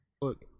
look